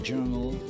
journal